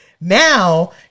now